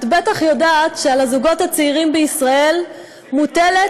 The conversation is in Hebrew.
את בטח יודעת שעל הזוגות הצעירים בישראל מוטלת